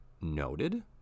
noted